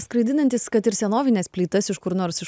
skraidinantis kad ir senovines plytas iš kur nors iš